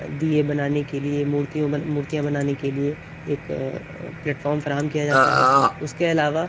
دیے بنانے کے لیے مورتیوں مورتیاں بنانے کے لیے ایک پلیٹفارم فراہم کیا جاتا ہے اس کے علاوہ